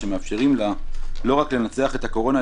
שמאפשרים לה לא רק לנצח את הקורונה,